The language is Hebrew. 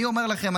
אני אומר לכם,